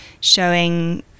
showing